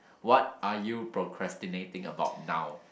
what are you procrastinating about now